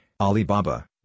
Alibaba